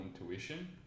intuition